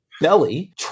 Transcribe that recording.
Belly